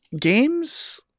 Games